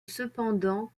cependant